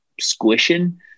squishing